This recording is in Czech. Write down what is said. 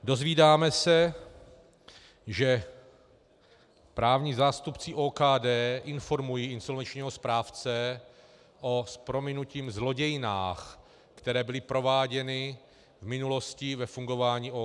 Dozvídáme se, že právní zástupci OKD informují insolvenčního správce o s prominutím zlodějnách, které byly prováděny v minulosti ve fungování OKD.